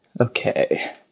Okay